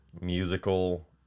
musical